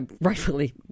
rightfully